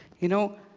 you know,